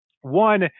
one